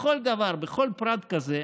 בכל דבר, בכל פרט כזה,